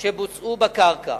שבוצעו בקרקע.